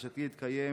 התקיים